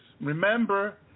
remember